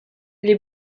les